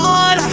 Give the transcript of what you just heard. on